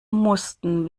mussten